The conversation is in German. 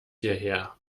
hierher